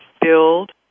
build